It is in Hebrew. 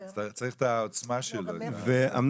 למשפחות גדולות יותר לעשות יותר, ולפחות.